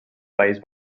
país